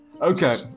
Okay